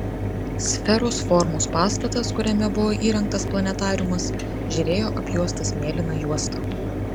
sferos formos pastatas kuriame buvo įrengtas planetariumas žėrėjo apjuostas mėlyna juosta